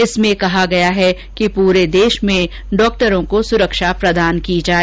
इसमें कहा गया है कि पूरे देश में डाक्टरों को सुरक्षा प्रदान की जाए